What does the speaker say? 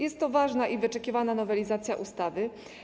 Jest to ważna i wyczekiwana nowelizacja ustawy.